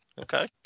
Okay